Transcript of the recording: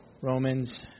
Romans